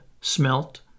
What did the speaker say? smelt